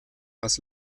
was